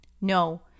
no